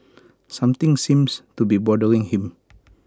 something seems to be bothering him